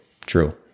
true